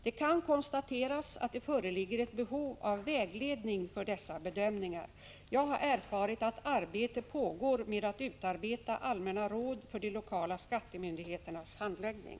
Det kan konstateras att det föreligger ett behov av vägledning för dessa bedömningar. Jag har erfarit att arbete pågår med att utarbeta allmänna råd för de lokala skattemyndigheternas handläggning.